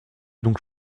donc